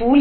है